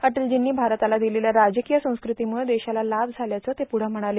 अटलजींनी भारताला दिलेल्या राजकीय संस्कृतीमुळं देशाला लाभ झाला असल्याचं ते म्हणाले